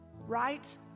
right